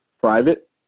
private